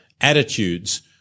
attitudes